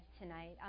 tonight